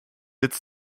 its